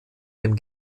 dem